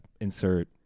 insert